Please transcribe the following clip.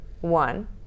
one